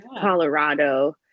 Colorado